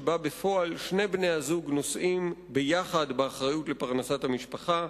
שבה בפועל שני בני-הזוג נושאים יחד באחריות לפרנסת המשפחה,